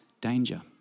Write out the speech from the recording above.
danger